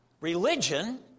religion